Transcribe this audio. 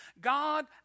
God